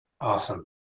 Awesome